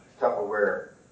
Tupperware